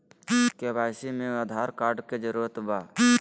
KYC में Aadhaar card के जरूरत बा?